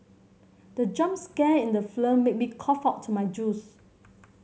the jump scare in the made me cough out my juice